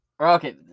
Okay